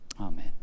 Amen